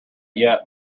yet